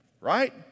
Right